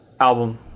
album